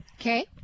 Okay